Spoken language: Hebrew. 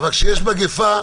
אבל כשיש מגפה,